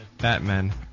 Batman